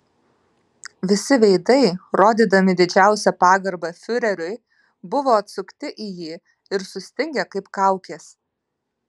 visi veidai rodydami didžiausią pagarbą fiureriui buvo atsukti į jį ir sustingę kaip kaukės